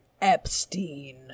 Epstein